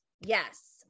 Yes